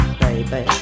baby